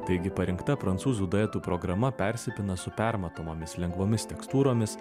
taigi parinkta prancūzų duetų programa persipina su permatomomis lengvomis tekstūromis